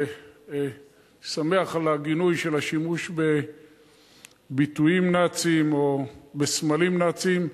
אני שמח על הגינוי של השימוש בביטויים נאציים או בסמלים נאציים,